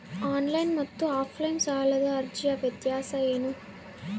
Online ಮತ್ತು offline ಸಾಲದ ಅರ್ಜಿಯ ವ್ಯತ್ಯಾಸ ಏನು?